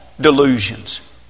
delusions